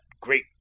great